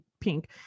pink